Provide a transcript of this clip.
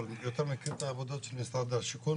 אבל יותר מכיר את העבודות של משרד השיכון,